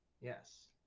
Yes